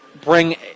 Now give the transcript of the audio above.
bring